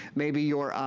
maybe you're